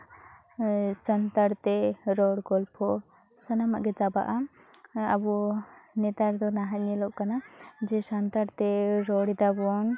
ᱥᱟᱱᱛᱟᱲ ᱛᱮ ᱨᱚᱲ ᱜᱚᱞᱯᱷᱚ ᱥᱟᱱᱟᱢᱟᱜ ᱜᱮ ᱪᱟᱵᱟᱜᱼᱟ ᱟᱵᱚ ᱱᱮᱛᱟᱨ ᱫᱚ ᱱᱟᱦᱳᱭ ᱧᱮᱞᱚᱜ ᱠᱟᱱᱟ ᱡᱮ ᱥᱟᱱᱛᱟᱲᱛᱮ ᱨᱚᱲ ᱫᱟᱵᱚᱱ